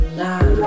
now